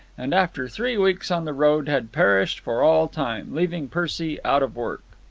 and after three weeks on the road, had perished for all time, leaving percy out of work.